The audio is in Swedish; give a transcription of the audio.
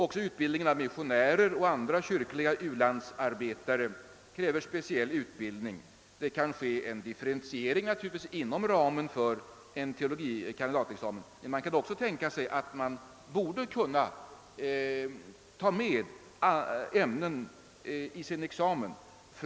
Även utbildningen av <:missionärer och andra kyrkliga utlandsarbetare kräver speciell utbildning. Det kan naturligtvis ske en differentiering inom ramen för en teologie kandidatexamen, men det skulle också vara möjligt att ta med ämnen från annan fakultet i sin examen.